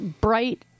bright